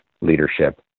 leadership